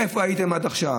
איפה הייתם עד עכשיו?